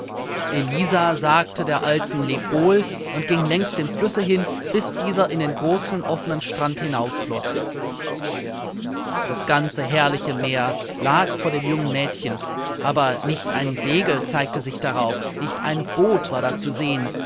elisa sagte der alten lebewohl und ging längs dem flusse hin bis dieser in den großen offenen strand hinausfloß das ganze herrliche meer lag vor dem jungen mädchen aber nicht ein segel zeigte sich darauf nicht ein boot war da zu sehen